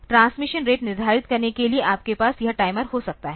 तो transmission rate निर्धारित करने के लिए आपके पास यह टाइमर हो सकता है